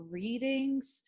readings